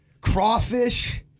Crawfish